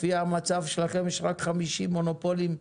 לפי המצב שלכם יש רק 50 מונופולים,